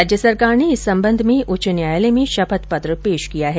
राज्य सरकार ने इस संबंध में उच्च न्यायालय में शपथ पत्र पेश किया है